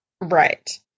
Right